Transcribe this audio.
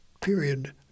Period